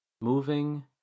moving